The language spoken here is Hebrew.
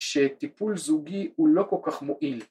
‫שטיפול זוגי הוא לא כל כך מועיל.